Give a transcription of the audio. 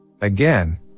Again